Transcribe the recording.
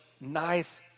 knife